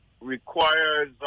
requires